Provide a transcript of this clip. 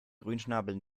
grünschnabel